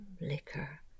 liquor